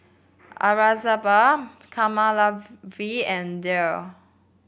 Aurangzeb Kamaladevi and Dev